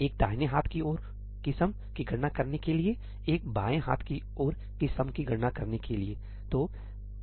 एक दाहिने हाथ की ओर की सम की गणना करने के लिएएक बाएं हाथ की ओर की सम की गणना करने के लिए